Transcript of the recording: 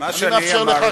אני מאפשר לך.